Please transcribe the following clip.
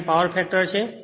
8 એ power factor છે